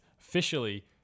officially